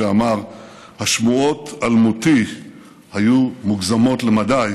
שאמר "השמועות על מותי היו מוגזמות למדי",